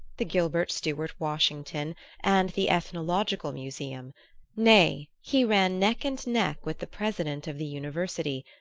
the gilbert stuart washington and the ethnological museum nay, he ran neck and neck with the president of the university,